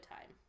time